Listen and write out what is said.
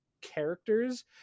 characters